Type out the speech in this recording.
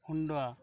Honda